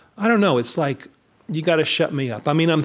i don't know. it's like you got to shut me up. i mean, um